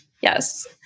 Yes